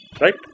Right